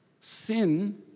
Sin